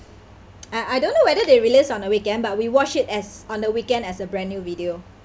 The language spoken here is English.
I don't I don't know whether they release on a weekend but we watch it as on the weekend as a brand new video